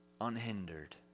Unhindered